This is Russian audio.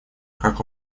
как